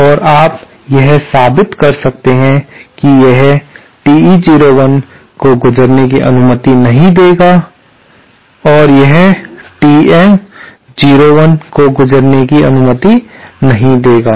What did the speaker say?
और आप यह साबित कर सकते हैं कि यह TE01 को गुजरने की अनुमति नहीं देगा और यह TM01 को गुजरने की अनुमति नहीं देगा